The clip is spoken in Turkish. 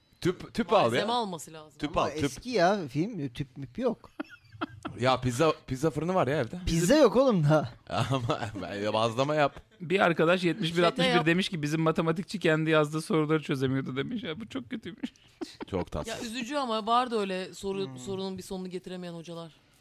Tüp- tüp Malzeme al ya. alması lazım. Tüp Ama al, tüp. eski ya film, tüp müp yok. Ya pizza- pizza fırını var ya evde. Pizza yok oğlum da. Ama- ama- ya bazlama yap. Bir arkadaş 71, 61 Seninle yap. demiş ki, "Bizim matematikçi kendi yazdığı soruları çözemiyordu," demiş. Ya bu çok kötüymüş. Çok tatsız. Ya üzücü ama var da öyle soru- Hmm. sorunun bir sonunu getiremeyen hocalar.